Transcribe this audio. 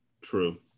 True